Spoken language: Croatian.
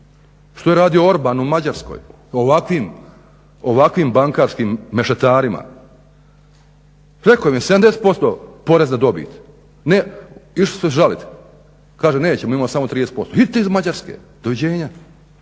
Što je radio Orban u Mađarskoj u ovakvim bankarskim mešetarima? Rekao im je 70% poreza na dobit, ne išli su se žalit, kaže, nećemo. Imamo samo 30%, idite iz Mađarske, do viđenja!